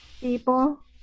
people